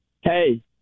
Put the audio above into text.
Hey